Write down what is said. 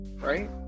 right